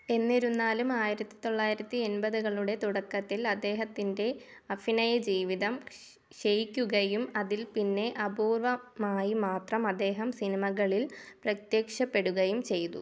എന്നിരുന്നാലും ആയിരത്തി തൊള്ളായിരത്തി എൺപതുകളുടെ തുടക്കത്തിൽ അദ്ദേഹത്തിൻ്റെ അഭിനയജീവിതം ക്ഷയിക്കുകയും അതിൽപ്പിന്നെ അപൂർവമായിമാത്രം അദ്ദേഹം സിനിമകളിൽ പ്രത്യക്ഷപ്പെടുകയും ചെയ്തു